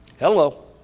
Hello